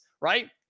right